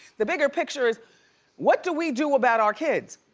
the bigger picture is what do we do about our kids,